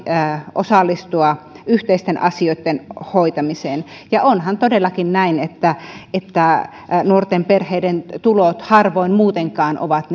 osallistua yhteisten asioitten hoitamiseen onhan todellakin näin että että nuorten perheiden tulot harvoin muutenkaan ovat